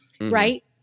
right